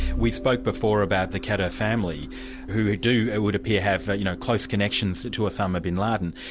we spoke before about the khadr family who do, it would appear, have but you know close connections to to osama bin laden.